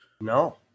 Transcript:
No